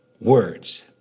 words